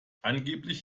angeblich